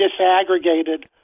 disaggregated